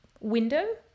window